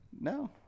No